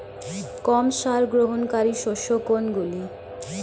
কম সার গ্রহণকারী শস্য কোনগুলি?